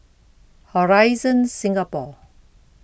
Horizon Singapore